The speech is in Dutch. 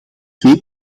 twee